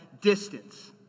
distance